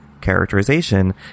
characterization